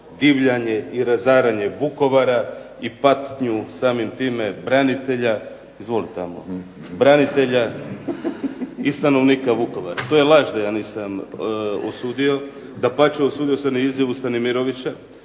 divljanje i razaranje Vukovara i patnju samim time branitelja i stanovnika Vukovara. To je laž da ja nisam usudio, dapače usudio sam se na izjavu Stanimirovića